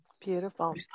beautiful